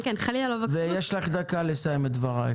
יש לך דקה לסיים את דבריך.